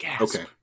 Okay